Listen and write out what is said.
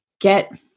get